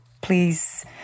please